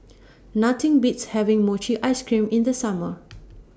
Nothing Beats having Mochi Ice Cream in The Summer